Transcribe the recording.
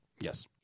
Yes